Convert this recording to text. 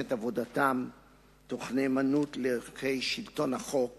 את עבודתם מתוך נאמנות לערכי שלטון החוק